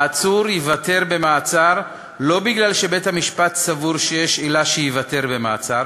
העצור ייוותר במעצר לא משום שבית-המשפט סבור שיש עילה שייוותר במעצר,